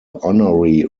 honorary